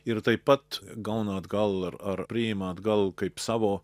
ir taip pat gauna atgal ar ar priima atgal kaip savo